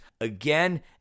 again